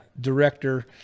director